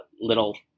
little